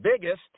biggest